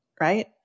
right